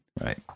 right